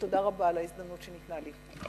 תודה רבה על ההזדמנות שניתנה לי.